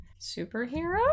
superhero